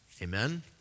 Amen